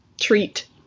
treat